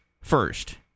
first